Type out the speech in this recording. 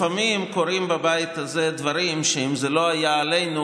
לפעמים קורים בבית הזה דברים שאם זה לא היה עלינו,